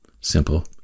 Simple